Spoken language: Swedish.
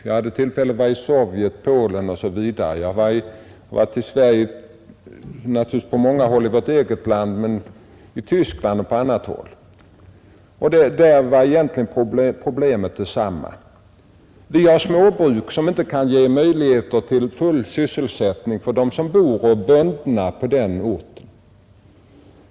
Jag hade tillfälle att besöka bl.a. Sovjet och Polen, jag har varit i Tyskland och på andra håll samt naturligtvis också sett åtskilligt i vårt eget land. Problemet var egentligen detsamma överallt. Vi har småbruk som inte kan ge full sysselsättning åt brukarna. Dessa är bundna till orten och kan inte få annat arbete.